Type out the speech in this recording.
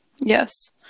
Yes